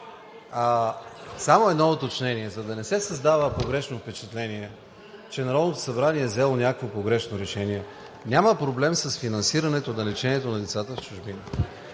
Само едно уточнение. За да не се създава погрешно впечатление, че Народното събрание е взело някакво погрешно решение, няма проблем с финансирането на лечението на децата в чужбина.